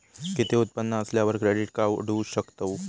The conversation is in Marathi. किती उत्पन्न असल्यावर क्रेडीट काढू शकतव?